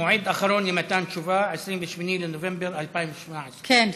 מועד אחרון למתן תשובה: 28 בנובמבר 2017. כן.